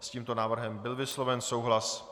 S tímto návrhem byl vysloven souhlas.